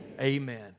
Amen